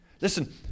listen